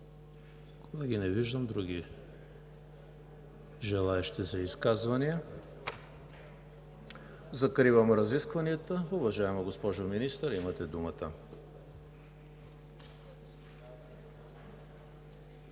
Не виждам други желаещи за изказвания. Закривам разискванията. Уважаема госпожо Министър, имате думата.